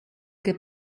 che